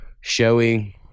showy